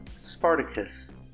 Spartacus